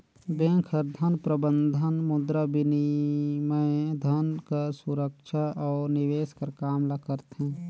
bank हर धन प्रबंधन, मुद्राबिनिमय, धन कर सुरक्छा अउ निवेस कर काम ल करथे